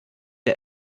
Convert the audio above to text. der